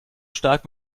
stark